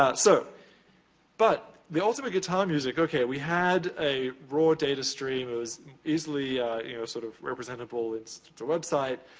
ah so but, the ultimate guitar music, okay, we had a raw data stream. it was easily you know sort of representable, it's their website.